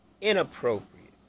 inappropriate